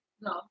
No